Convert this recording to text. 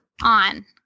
on